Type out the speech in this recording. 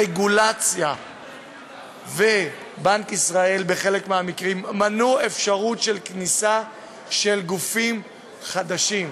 הרגולציה ובנק ישראל בחלק מהמקרים מנעו אפשרות של כניסה של גופים חדשים.